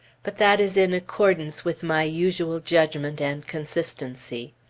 but that is in accordance with my usual judgment and consistency.